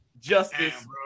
Justice